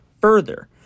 further